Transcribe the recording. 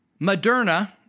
Moderna